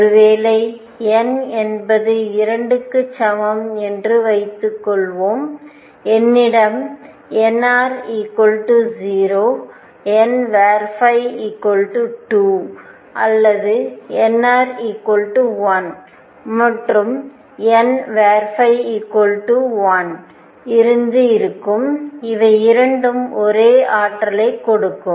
ஒருவேளை n என்பது 2 க்கு சமம் என்று வைத்துக்கொள்வோம் என்னிடம் nr 0 n 2 அல்லது nr 1 மற்றும் n 1 இருந்து இருக்கும் இவை இரண்டும் ஒரே ஆற்றலைக் கொடுக்கும்